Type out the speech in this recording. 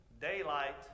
daylight